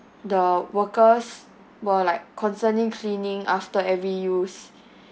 the workers were like constantly cleaning after every use